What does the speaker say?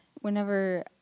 whenever